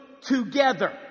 together